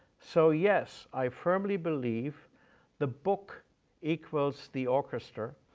so, yes, i firmly believe the book equals the orchestra,